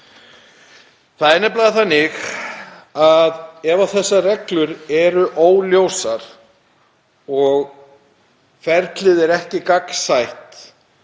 Það er nefnilega þannig að ef þessar reglur eru óljósar og ferlið er ekki gagnsætt